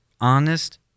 honest